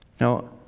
Now